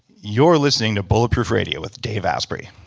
you're listening to bulletproof radio with dave asprey